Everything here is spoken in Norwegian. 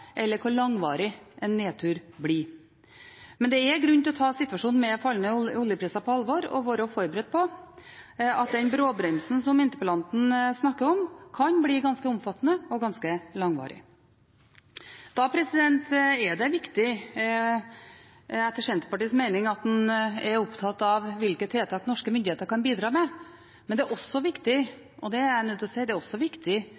eller hvor langvarig en nedtur blir. Men det er grunn til å ta situasjonen med fallende oljepriser på alvor og være forberedt på at den bråbremsen som interpellanten snakker om, kan bli ganske omfattende og ganske langvarig. Da er det viktig etter Senterpartiets mening at en er opptatt av hvilke tiltak norske myndigheter kan bidra med, men det er også viktig